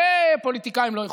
את זה פוליטיקאים לא יכולים.